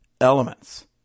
elements